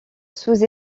sous